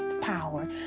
power